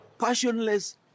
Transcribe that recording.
passionless